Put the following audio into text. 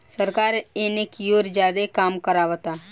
सरकार एने कियोर ज्यादे काम करावता